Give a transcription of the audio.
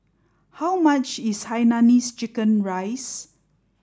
how much is Hainanese Chicken Rice